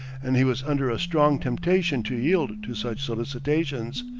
and he was under a strong temptation to yield to such solicitations,